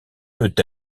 peut